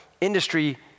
industry